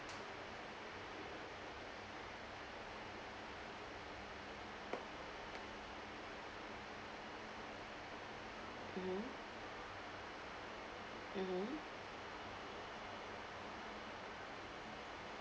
mmhmm mmhmm